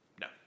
No